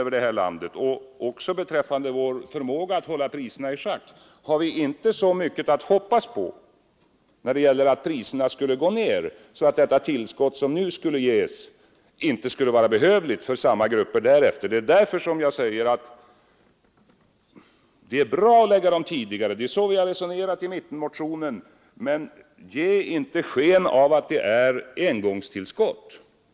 Vi har väl inte mycket att hoppas på heller när det gäller övriga prishöjningstendenser utifrån som påverkar vårt land och inte heller när det gäller vår egen förmåga att hålla priserna i schack. Det är därför inte troligt att det tillskott som nu skall ges till dessa grupper inte skulle vara behövligt även efter denna period. Det är därför jag säger att det är bra att tidigarelägga åtgärderna — det är så vi har resonerat i mittenmotionen — men ge inte sken av att det är engångstillskott.